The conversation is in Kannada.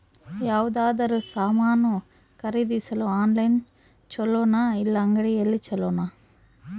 ಯಾವುದಾದರೂ ಸಾಮಾನು ಖರೇದಿಸಲು ಆನ್ಲೈನ್ ಛೊಲೊನಾ ಇಲ್ಲ ಅಂಗಡಿಯಲ್ಲಿ ಛೊಲೊನಾ?